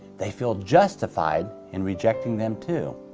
they feel justified in rejecting them too.